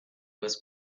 was